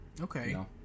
okay